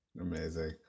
Amazing